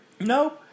No